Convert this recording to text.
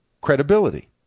credibility